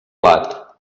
blat